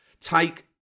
take